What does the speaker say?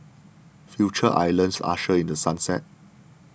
Future Islands ushered in The Sunset